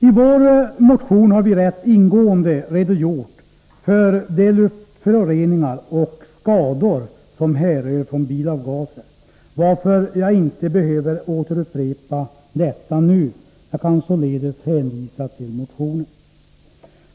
I vår motion har vi rätt ingående redogjort för de luftföroreningar och skador som härrör från bilavgaser, varför jag inte behöver återupprepa detta nu — jag kan således hänvisa till motionen.